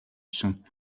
чинь